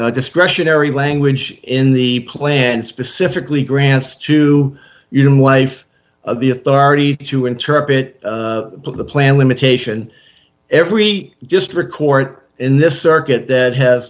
the discretionary language in the plan specifically grants to you don't wife of the authority to interpret the plan limitation every just record in the circuit that ha